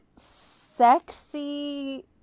sexy